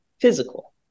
physical